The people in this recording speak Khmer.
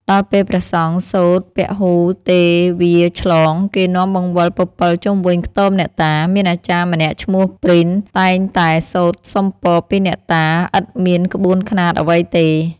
ដល់ពេលព្រះសង្ឃសូត្រពហូទេវាឆ្លង គេនាំបង្វិលពពិលជុំវិញខ្ទមអ្នកតា មានអាចារ្យម្នាក់ឈ្មោះព្រិន តែងតែសូត្រសុំពរពីអ្នកតា ឥតមានក្បួនខ្នាតអ្វីទេ